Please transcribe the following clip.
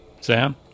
Sam